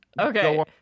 okay